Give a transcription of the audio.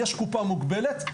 יש קופה מוגבלת,